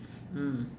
mm